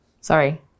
sorry